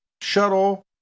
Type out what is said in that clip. shuttle